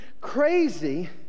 crazy